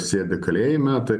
sėdi kalėjime tai